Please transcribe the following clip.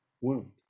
wound